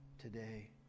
today